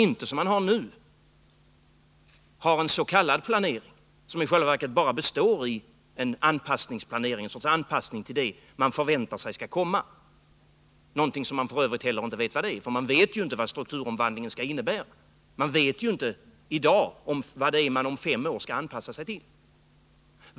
Nu har man en s.k. planering, som i själva verket bara består av en sorts anpassning till det man förväntar sig skall komma — någonting som man f. ö. inte heller vet vad det är. Man vet ju inte vad strukturomvandlingen skall innebära, man vet inte i dag vad man om fem år skall anpassa sig till.